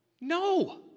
No